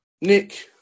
Nick